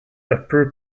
upper